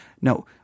no